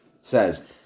says